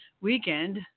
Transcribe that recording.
Weekend